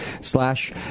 slash